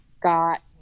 got